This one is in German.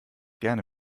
gerne